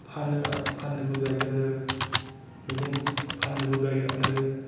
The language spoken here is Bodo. फाननोबो गायो आरो